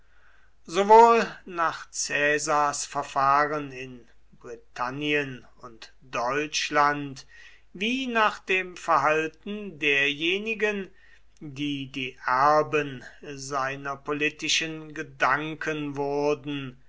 sowohl nach caesars verfahren in britannien und deutschland wie nach dem verhalten derjenigen die die erben seiner politischen gedanken wurden